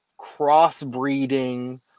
crossbreeding